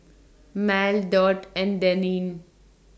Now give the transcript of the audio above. Mal Dot and Denine